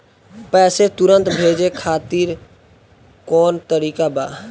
पैसे तुरंत भेजे खातिर कौन तरीका बा?